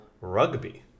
rugby